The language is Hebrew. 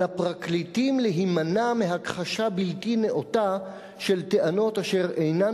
על הפרקליטים להימנע מהכחשה בלתי נאותה של טענות אשר אינן